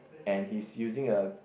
and he's using a